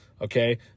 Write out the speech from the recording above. okay